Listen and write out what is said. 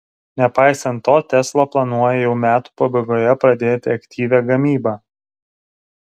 nepaisant to tesla planuoja jau metų pabaigoje pradėti aktyvią gamybą